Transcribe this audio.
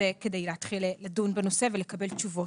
כדי להתחיל לדון בנושא ולקבל תשובות.